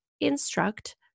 instruct